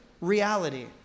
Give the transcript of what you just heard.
reality